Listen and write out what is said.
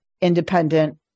independent